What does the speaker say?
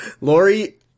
Lori